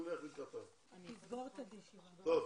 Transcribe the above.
תודה.